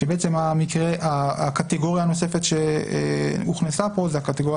כשבעצם הקטגוריה הנוספת שהוכנסה פה זו הקטגוריה